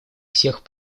всех